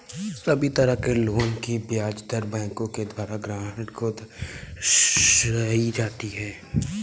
सभी तरह के लोन की ब्याज दर बैंकों के द्वारा ग्राहक को दर्शाई जाती हैं